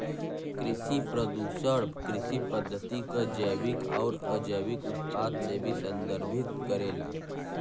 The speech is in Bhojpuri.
कृषि प्रदूषण कृषि पद्धति क जैविक आउर अजैविक उत्पाद के भी संदर्भित करेला